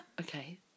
Okay